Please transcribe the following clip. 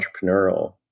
entrepreneurial